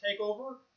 takeover